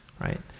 right